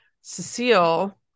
Cecile